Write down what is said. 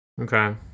Okay